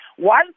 One